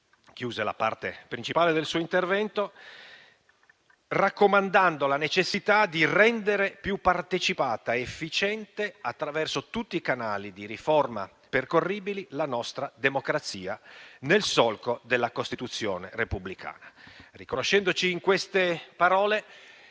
chiuse la parte principale del suo intervento raccomandando la necessità di rendere più partecipata ed efficiente, attraverso tutti i canali di riforma percorribili, la nostra democrazia nel solco della Costituzione repubblicana. Riconoscendosi in queste parole,